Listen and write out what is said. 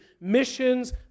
missions